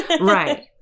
Right